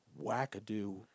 wackadoo